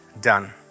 done